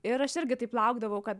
ir aš irgi taip laukdavau kad